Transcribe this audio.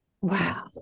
Wow